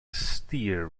steer